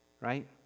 Right